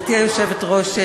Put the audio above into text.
גברתי היושבת-ראש,